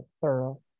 thorough